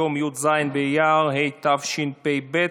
היום י"ז באייר התשפ"ב,